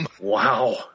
Wow